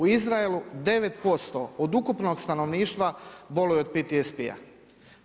U Izraelu 9% od ukupnog stanovništva boluje od PTSP-a.